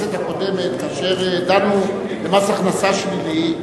בכנסת הקודמת כאשר דנו במס הכנסה שלילי.